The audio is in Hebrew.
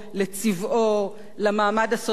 למעמד הסוציו-אקונומי של הוריו.